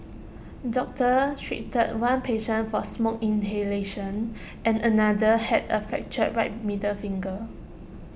doctors treated one patient for smoke inhalation and another had A fractured right middle finger